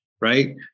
right